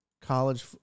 college